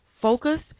focus